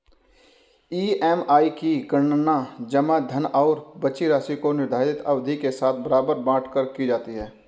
EMI की गणना जमा धन और बची राशि को निर्धारित अवधि के साथ बराबर बाँट कर की जाती है